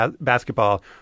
basketball